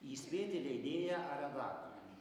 įspėti leidėją ar redaktorių